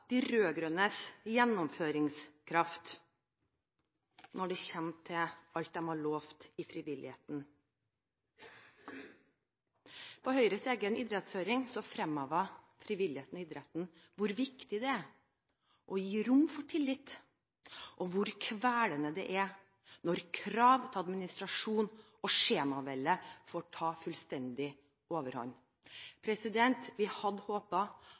de rød-grønnes gjennomføringskraft, når man ser på alt de har lovet frivilligheten. På Høyres egen idrettshøring fremhevet frivilligheten og idretten hvor viktig det er å gi rom for tillit, og hvor kvelende det er når krav til administrasjon og skjemavelde får ta fullstendig overhånd. Vi hadde